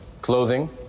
clothing